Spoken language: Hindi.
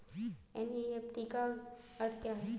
एन.ई.एफ.टी का अर्थ क्या है?